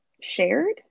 shared